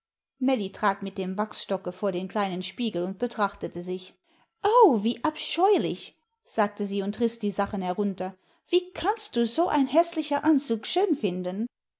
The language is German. trat mit dem wachsstocke vor den kleinen spiegel und betrachtete sich o wie abscheulich sagte sie und riß die sachen herunter wie kannst du so ein häßlicher anzug schön finden